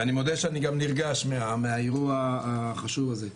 אני מודה שאני גם נרגש מהאירוע החשוב הזה.